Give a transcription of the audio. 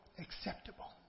Acceptable